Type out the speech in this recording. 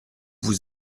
vous